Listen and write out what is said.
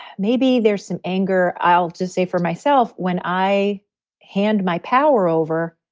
maybe there's some anger. i'll just say for myself, when i hand my power over,